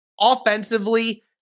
offensively